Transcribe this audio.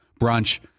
brunch